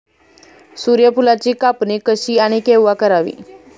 सूर्यफुलाची कापणी कशी आणि केव्हा करावी?